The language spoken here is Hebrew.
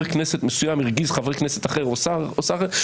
כנסת מסוים הרגיז חבר כנסת אחר או שר אחר,